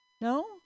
No